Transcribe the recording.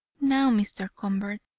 now, mr. convert,